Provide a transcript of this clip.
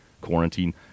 quarantine